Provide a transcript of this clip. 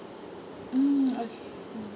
mm okay mm